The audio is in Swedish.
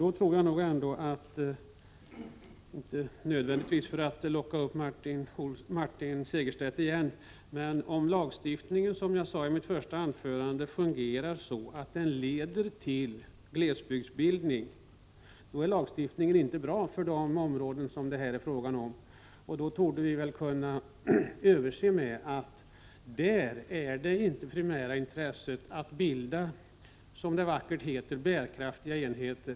Då tror jag nog ändå — inte nödvändigtvis för att locka upp Martin Segerstedt igen — att om lagstiftningen, som jag sade i mitt första anförande, fungerar så att den leder till glesbygdsbildning, är lagstiftningen inte bra för de områden som det här är fråga om. I dessa områden är därför det primära intresset inte att bilda, som det så vackert heter, bärkraftiga enheter.